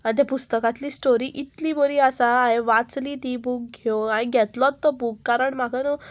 आनी ते पुस्तकांतली स्टोरी इतली बरी आसा हांवें वाचली ती बूक घेव हांवें घेतलोच तो बूक कारण म्हाका न्हू